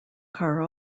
car